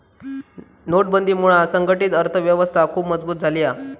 नोटबंदीमुळा संघटीत अर्थ व्यवस्था खुप मजबुत झाली हा